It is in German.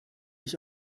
ich